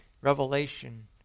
Revelation